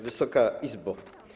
Wysoka Izbo!